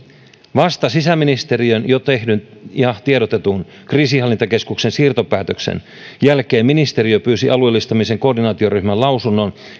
vasta sisäministeriön jo tehdyn ja tiedotetun kriisinhallintakeskuksen siirtopäätöksen jälkeen eli kuudes neljättä kaksituhattakahdeksantoista ministeriö pyysi alueellistamisen koordinaatioryhmän lausunnon